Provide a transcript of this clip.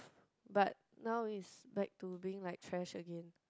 but now is back to being like trash again